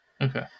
Okay